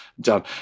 done